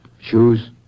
Shoes